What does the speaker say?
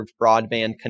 broadband